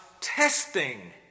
testing